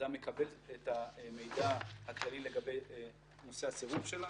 אדם מקבל מידע כללי לגבי סיבת הסירוב שלנו.